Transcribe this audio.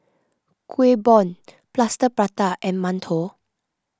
Kueh Bom Plaster Prata and Mantou